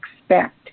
expect